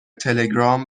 تلگرام